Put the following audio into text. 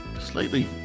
slightly